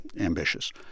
ambitious